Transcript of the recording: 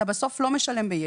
אתה בסוף לא משלם ביתר.